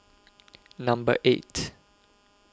Number eight